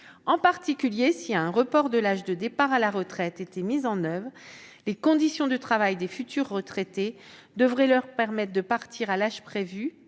En particulier, si un report de l'âge de départ à la retraite était mis en oeuvre, les conditions de travail des futurs retraités devraient leur permettre de partir à l'âge prévu